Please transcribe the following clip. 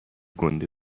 گنده